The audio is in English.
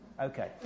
Okay